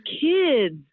kids